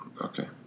okay